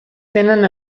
tenen